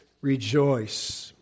Rejoice